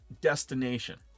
destination